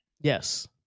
Yes